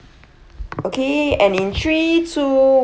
okay and in three two